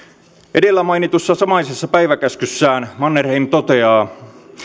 edellä mainitussa samaisessa päiväkäskyssään mannerheim toteaa